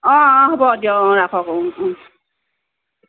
অ অ হ'ব দিয়ক ৰাখক অ